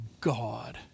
God